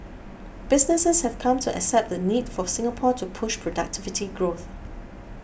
businesses have come to accept the need for Singapore to push productivity growth